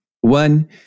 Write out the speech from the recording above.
One